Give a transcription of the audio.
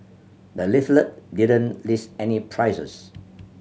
the leaflet didn't list any prices